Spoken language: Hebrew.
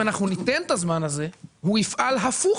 אם אנחנו ניתן את הזמן הזה הוא יפעל הפוך